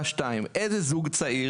איזה זוג צעיר?